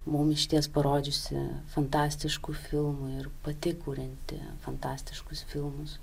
mum išties parodžiusi fantastiškų filmų ir pati kurianti fantastiškus filmus